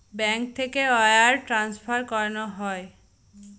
bank থেকে wire transfer করানো হয়